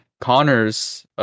Connor's